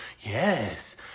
Yes